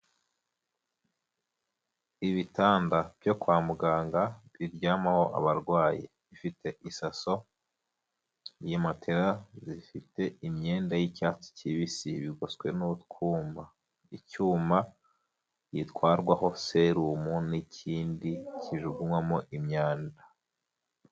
Ibitanda byo kwa muganga biryamaho abarwayi, bifite isaso, iyi matela zifite imyenda y'icyatsi kibisi, bigoswe n'utwuma, icyuma gitwarwaho serumu n'ikindi kijugunywamo imyanda.